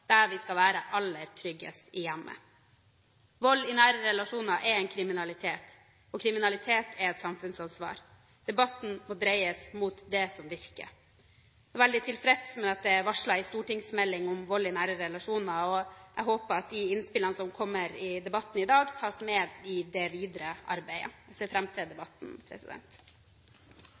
der vi skal være aller tryggest – i hjemmet. Vold i nære relasjoner er kriminalitet, og kriminalitet er et samfunnsansvar. Debatten må dreies mot det som virker. Jeg er veldig tilfreds med at det er varslet en stortingsmelding om vold i nære relasjoner, og jeg håper at de innspillene som kommer i debatten i dag, tas med i det videre arbeidet. Jeg ser fram til debatten.